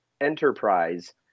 enterprise